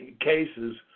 cases